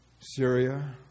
Syria